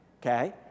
Okay